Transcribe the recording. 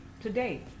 Today